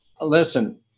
listen